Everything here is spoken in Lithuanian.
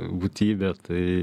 būtybė tai